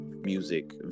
music